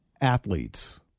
athletes